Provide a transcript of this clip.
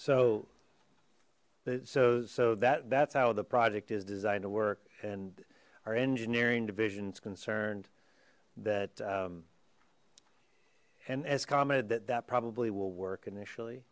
so so so that that's how the project is designed to work and our engineering division is concerned that and as commented that that probably will work initially